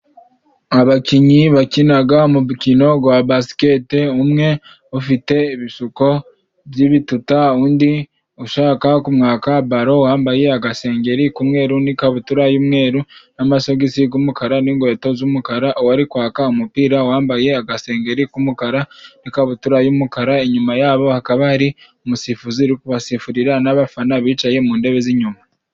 Abakinyi bakinaga umukino wa baskete, umwe ufite ibisuko by'ibituta undi ushaka kumwaka balo, wambaye agasengeri k'umweru n'ikabutura y'umweru n'amasogisi g'umukara n'inkweto z'umukara, uwo ari kwaka umupira wambaye agasengeri k'umukara n'ikabutura y'umukara, inyuma yabo hakaba hari umusifuzi uri kubasifurira n'abafana bicaye mu ntebe z'inyuma.